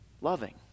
loving